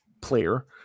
player